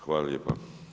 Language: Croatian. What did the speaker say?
Hvala lijepa.